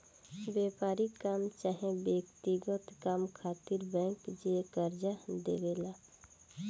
व्यापारिक काम चाहे व्यक्तिगत काम खातिर बैंक जे कर्जा देवे ला